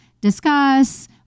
discuss